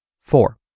Four